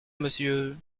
monsieur